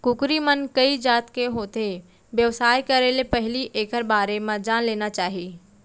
कुकरी मन कइ जात के होथे, बेवसाय करे ले पहिली एकर बारे म जान लेना चाही